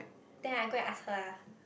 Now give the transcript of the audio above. then I go and ask her ah